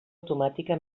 automàtica